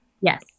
Yes